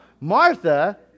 Martha